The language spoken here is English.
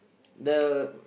the